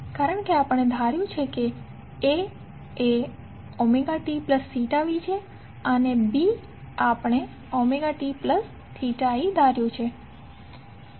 કારણ કે આપણે ધાર્યું છે કે A એ tv છે અને B આપણે ti ધાર્યું છે